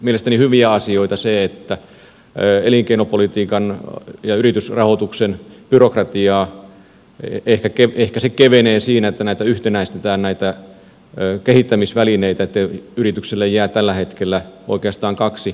mielestäni hyviä asioita on se että elinkeinopolitiikan ja yritysrahoituksen byrokratia ehkä kevenee siinä että näitä kehittämisvälineitä yhtenäistetään että yrityksille jää tällä hetkellä oikeastaan kaksi